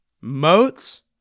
moats